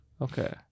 Okay